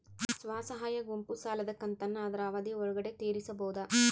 ಸ್ವಸಹಾಯ ಗುಂಪು ಸಾಲದ ಕಂತನ್ನ ಆದ್ರ ಅವಧಿ ಒಳ್ಗಡೆ ತೇರಿಸಬೋದ?